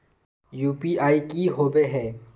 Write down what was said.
UPI की होबे है?